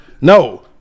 No